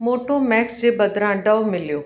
Motomax जे बदिरां डव मिलियो